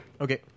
Okay